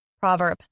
Proverb